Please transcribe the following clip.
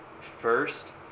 first